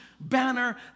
banner